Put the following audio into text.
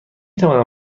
توانم